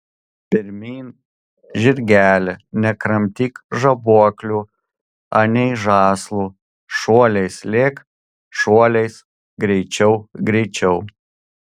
pirmyn žirgeli nekramtyk žaboklių anei žąslų šuoliais lėk šuoliais greičiau greičiau